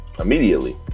immediately